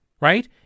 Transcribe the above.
right